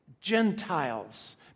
Gentiles